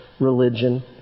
religion